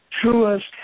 truest